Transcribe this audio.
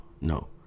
no